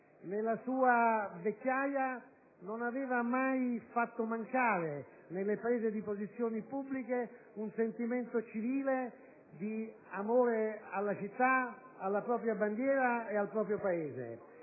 Nella sua vecchiaia non ha mai fatto mancare, nelle prese di posizione pubbliche, un sentimento civile di amore alla città, alla propria bandiera e al proprio Paese.